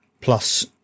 plus